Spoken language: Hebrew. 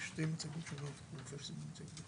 משרד השיכון, בבקשה.